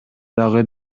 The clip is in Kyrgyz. дагы